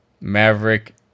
maverick